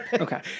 Okay